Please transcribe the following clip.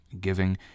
giving